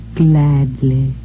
gladly